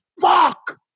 fuck